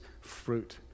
fruit